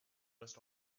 must